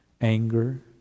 anger